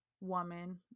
woman